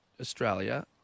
Australia